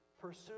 pursue